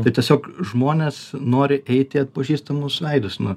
tai tiesiog žmonės nori eiti į atpažįstamus veidus nu